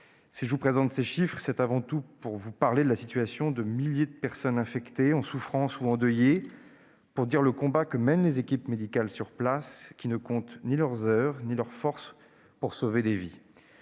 Si je vous présente ces chiffres, c'est avant tout pour vous instruire de la situation de milliers de personnes infectées, en souffrance ou endeuillées, pour vous informer du combat que mènent les équipes médicales sur place, qui ne comptent ni leurs heures ni leurs forces pour sauver des vies